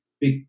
big